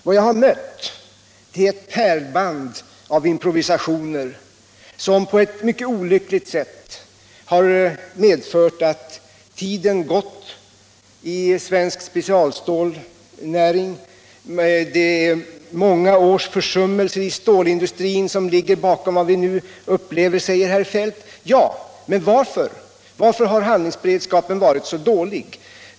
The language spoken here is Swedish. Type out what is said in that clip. Vad jag har mött är ett pärlband av improvisationer, som på ett mycket olyckligt sätt medfört att tiden gått för den svenska specialstålnäringen. Det är många års försummelser i stålindustrin som ligger bakom vad vi nu upplever, säger herr Feldt. Ja, men varför har handlingsberedskapen varit så dålig?